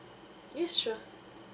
yes sure